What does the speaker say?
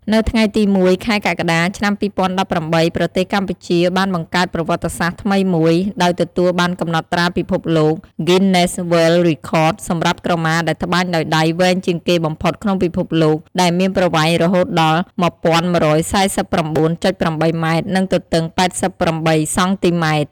នៅថ្ងៃទី១ ខែកក្កដា ឆ្នាំ២០១៨ ប្រទេសកម្ពុជាបានបង្កើតប្រវត្តិសាស្ត្រថ្មីមួយ ដោយទទួលបានកំណត់ត្រាពិភពលោក Guinness World Records សម្រាប់ក្រមាដែលត្បាញដោយដៃវែងជាងគេបំផុតក្នុងពិភពលោក ដែលមានប្រវែងរហូតដល់ ១១៤៩.៨ ម៉ែត្រ និងទទឹង ៨៨ សង់ទីម៉ែត្រ។